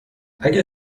اگه